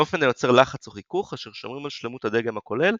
באופן היוצר לחץ או חיכוך אשר שומרים על שלמות הדגם הכולל,